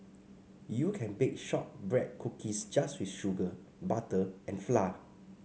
you can bake shortbread cookies just with sugar butter and flour